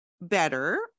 better